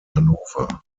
hannover